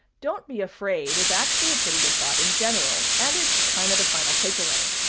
don't be afraid is actually a pretty good thought in general. and it's kind of the final takeaway.